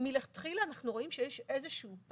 מלכתחילה אנחנו רואים שיש פער